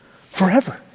forever